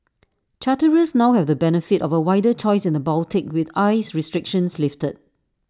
charterers now have the benefit of A wider choice in the Baltic with ice restrictions lifted